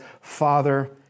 Father